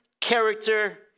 character